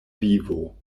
vivo